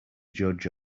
judge